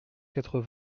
quatre